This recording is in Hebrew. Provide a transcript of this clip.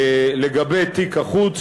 לגבי תיק החוץ,